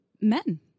men